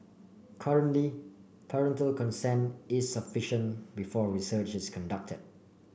currently parental consent is sufficient before research is conducted